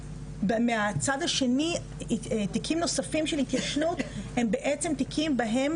מהצד השני תיקים נוספים של התיישנות הם בעצם תיקים בהם